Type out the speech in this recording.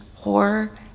horror